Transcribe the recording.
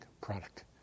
product